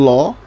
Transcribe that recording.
Law